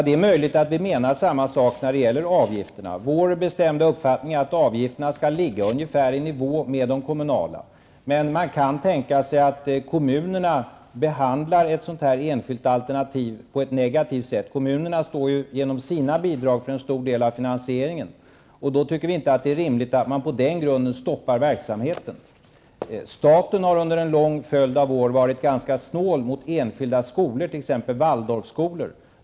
Det är möjligt att vi menar samma sak när det gäller avgifterna. Det är vår bestämda uppfattning att avgifterna skall ligga ungefär på samma nivå som de kommunala. Man kan dock tänka sig att kommunerna behandlar ett sådant enskilt alternativ på ett negativt sätt. Kommunerna står ju, genom sina bidrag, för en stor del av finansieringen. Det är inte rimligt att man stoppar verksamheten på den grunden. Staten har under en lång följd av år varit ganska snål mot enskilda skolor, t.ex. Waldorfskolor.